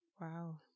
Wow